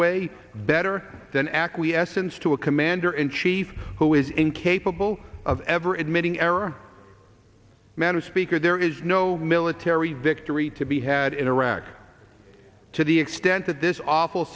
way better than acquiescence to a commander in chief who is incapable of ever admitting error man or speaker there is no military victory to be had in iraq to the extent that this awful